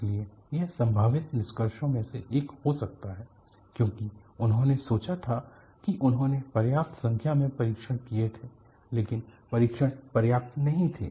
इसलिए यह संभावित निष्कर्षों में से एक हो सकता है क्योंकि उन्होंने सोचा था कि उन्होंने पर्याप्त संख्या में परीक्षण किए थे लेकिन परीक्षण पर्याप्त नहीं थे